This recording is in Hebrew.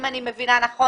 אם אני מבינה נכון,